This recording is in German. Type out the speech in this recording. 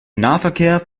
nahverkehr